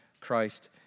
Christ